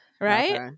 Right